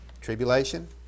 Tribulation